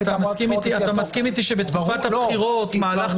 אבל את המסכים איתי שבתקופת הבחירות מהלך